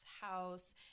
house